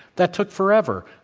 that took forever.